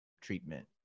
treatment